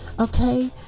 okay